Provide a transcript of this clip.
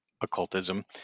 occultism